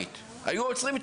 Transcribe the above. כדי לתת את